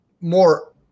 more